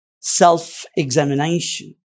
self-examination